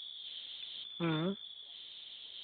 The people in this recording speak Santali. ᱦᱮᱸ